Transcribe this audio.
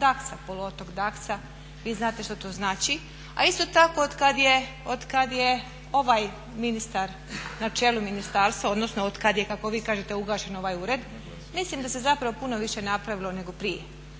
Daksa poluotok Daksa vi znate što to znači, a isto tako od kada je ovaj ministar na čelu ministarstva odnosno od kada je kako vi kažete ugašen ovaj ured, mislim da se puno više napravilo nego prije,